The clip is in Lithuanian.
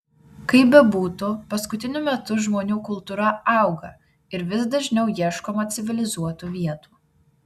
kaip bebūtų paskutiniu metu žmonių kultūra auga ir vis dažniau ieškoma civilizuotų vietų